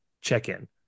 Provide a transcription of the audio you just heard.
check-in